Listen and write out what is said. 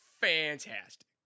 fantastic